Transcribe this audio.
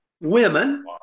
women